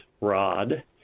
rod